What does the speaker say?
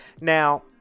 now